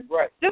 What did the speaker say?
Right